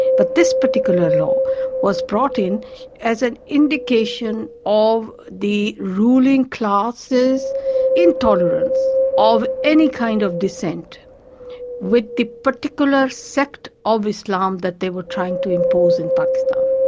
but this particular law was brought in as an indication of the ruling class's intolerance of any kind of dissent with the particular sect of islam that they were trying to impose in pakistan.